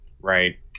Right